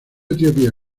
etiopía